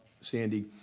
Sandy